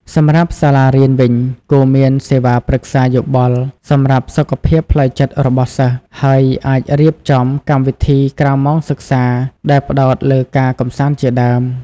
សម្រាប់សាលារៀនវិញគួរមានសេវាប្រឹក្សាយោបល់ សម្រាប់សុខភាពផ្លូវចិត្តរបស់សិស្ស ហើយអាចរៀបចំកម្មវិធីក្រៅម៉ោងសិក្សាដែលផ្ដោតលើការកម្សាន្តជាដើម។